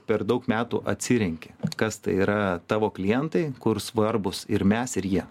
per daug metų atsirenki kas tai yra tavo klientai kur svarbūs ir mes ir jie